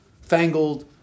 fangled